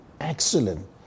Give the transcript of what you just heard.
excellent